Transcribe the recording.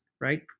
right